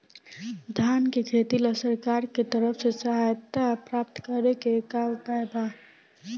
धान के खेती ला सरकार के तरफ से सहायता प्राप्त करें के का उपाय बा?